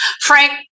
Frank